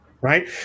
Right